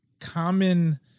common